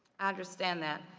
i understand that.